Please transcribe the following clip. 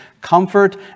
comfort